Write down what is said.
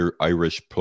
Irish